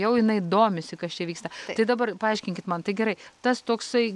jau jinai domisi kas čia vyksta tai dabar paaiškinkit man tai gerai tas toksai